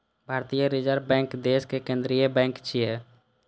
भारतीय reserve bank देशक केंद्रीय बैंक छियै